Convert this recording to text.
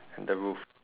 and the roof